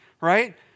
right